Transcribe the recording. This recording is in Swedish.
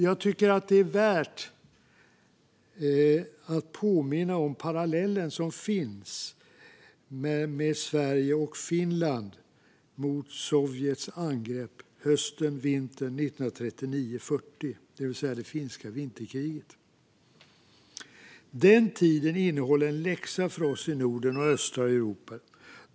Jag tycker att det är värt att påminna om parallellen som finns med Sverige och Finland mot Sovjets angrepp hösten och vintern 1939-1940, det vill säga det finska vinterkriget. Den tiden innehåller en läxa för oss i Norden och östra Europa.